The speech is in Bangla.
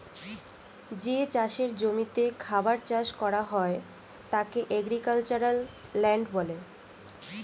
যে চাষের জমিতে খাবার চাষ করা হয় তাকে এগ্রিক্যালচারাল ল্যান্ড বলে